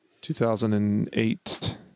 2008